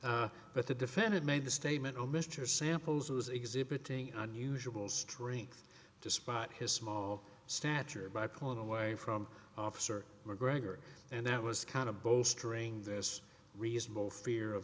but the defendant made the statement oh mr samples was exhibiting on usual strength despite his small stature by pulling away from officer mcgregor and that was kind of both strange as reasonable fear of